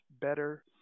better